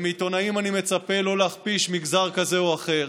מעיתונאים אני מצפה לא להכפיש מגזר כזה או אחר,